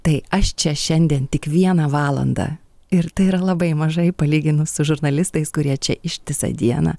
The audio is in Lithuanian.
tai aš čia šiandien tik vieną valandą ir tai yra labai mažai palyginus su žurnalistais kurie čia ištisą dieną